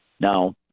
Now